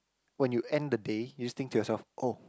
when you end the day you just think to yourself oh